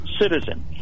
citizen